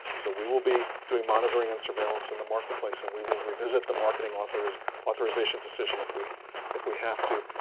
so we will be doing monitoring and surveillance in the marketplace. and we will revisit the marketing authorization authorization decision if we if we have to.